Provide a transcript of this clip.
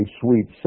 sweet